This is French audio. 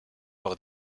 par